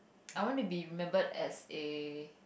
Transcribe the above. I want to be remembered as the